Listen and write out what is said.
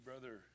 Brother